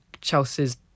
Chelsea's